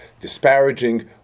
disparaging